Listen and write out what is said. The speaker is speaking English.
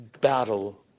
battle